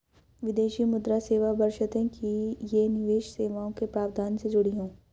विदेशी मुद्रा सेवा बशर्ते कि ये निवेश सेवाओं के प्रावधान से जुड़ी हों